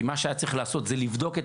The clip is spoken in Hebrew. כי מה שהיה צריך לעשות זה לבדוק את